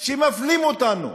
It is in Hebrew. שמפלים אותנו.